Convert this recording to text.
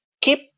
keep